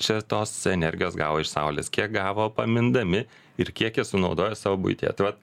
čia tos energijos gavo iš saulės kiek gavo pamindami ir kiek jie sunaudoja savo buityje tai vat